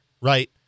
right